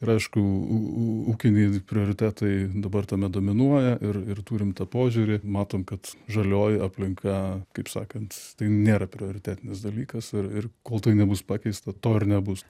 ir aišku ūkiniai prioritetai dabar tame dominuoja ir ir turim tą požiūrį matom kad žalioji aplinka kaip sakant tai nėra prioritetinis dalykas ir ir kol tai nebus pakeista to ir nebus